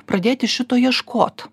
pradėti šito ieškot